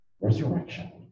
resurrection